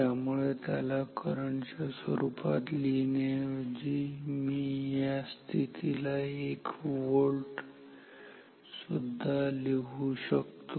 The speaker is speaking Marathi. त्यामुळे त्याला करंट च्या स्वरूपात लिहिण्याऐवजी मी या स्थितीला 1 व्होल्ट सुद्धा लिहू शकतो